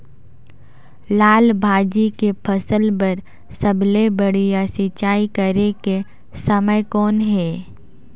लाल भाजी के फसल बर सबले बढ़िया सिंचाई करे के समय कौन हे?